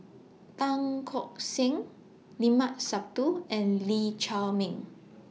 Tan Keong Saik Limat Sabtu and Lee Chiaw Meng